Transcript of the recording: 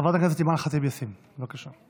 חברת הכנסת אימאן ח'טיב יאסין, בבקשה.